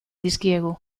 dizkiegu